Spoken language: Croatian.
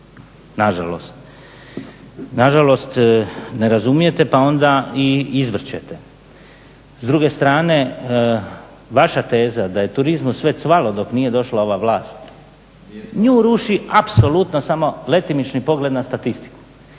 Nažalost, ne razumijete pa onda i izvrćete. S druge strane vaša teza da je u turizmu sve cvalo dok nije došla ova vlast nju ruši apsolutno samo letimični pogled na statistiku.